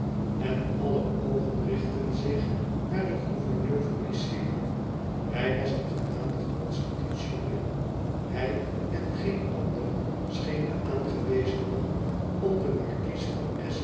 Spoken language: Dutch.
en aller oogen richtten zich naar den gouverneur van lycilië hij was een gematigd constitutioneel hij en geen ander scheen de aangewezen man om den markies van